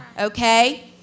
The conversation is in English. okay